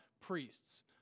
priests